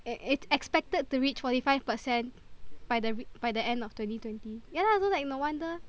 it's expected to reach forty five percent by the we~ by the end of twenty twenty ya lah so like no wonder